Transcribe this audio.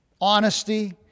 honesty